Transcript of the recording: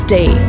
Day